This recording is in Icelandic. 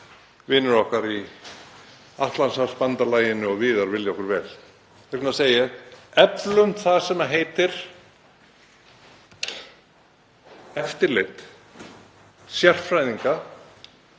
vinir okkar í Atlantshafsbandalaginu og víðar vilji okkur vel. Þess vegna segi ég: Eflum það sem heitir eftirlit sérfræðinga,